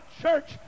church